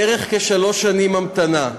בערך כשלוש שנים המתנה.